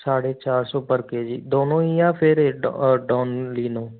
साढ़े चार सौ पर के जी दोनों ही या फ़िर डोनलिनो